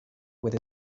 with